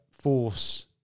force